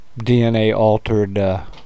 DNA-altered